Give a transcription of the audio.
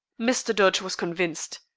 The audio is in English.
mr. dodge was convinced.